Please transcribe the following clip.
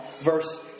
verse